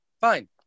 Fine